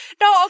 No